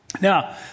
Now